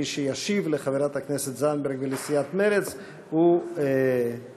מי שישיב לחברת הכנסת זנדברג ולסיעת מרצ הוא השר